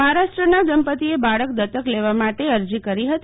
મહારાષ્ટ્રના દંપતીએ બાળક દત્તક લેવા માટે અરજી કરી હતી